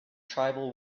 tribal